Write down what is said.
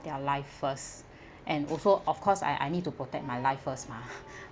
their life first and also of course I I need to protect my life first mah